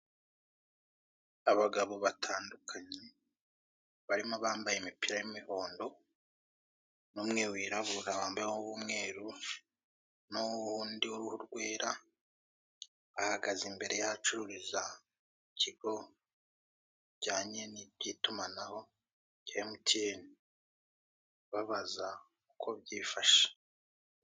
Abagabo batandukanye barimo ,abambaye imipira y'imuhondo, numwe wirabura wambaye uwumweru, nuwundi wuruhu rwera ,bahagaze imbere yahacururiza ikigo cyijyanye nibyitumanaho rya MTN babaza uko byifashe.